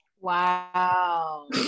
wow